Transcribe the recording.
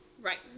Right